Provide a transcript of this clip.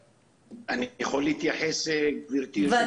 אני יכול להתייחס, גברתי היושבת-ראש?